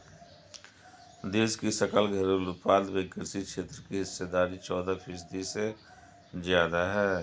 देश की सकल घरेलू उत्पाद में कृषि क्षेत्र की हिस्सेदारी चौदह फीसदी से ज्यादा है